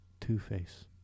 Two-Face